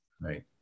Right